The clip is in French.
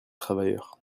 travailleurs